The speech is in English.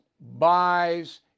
buys